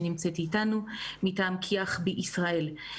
שנמצאת אתנו מטעם כי"ח בישראל.